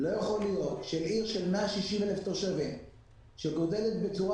לא יכול להיות שעיר של 160,000 תושבים שגדלה בצורה